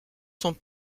sont